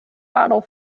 battle